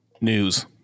News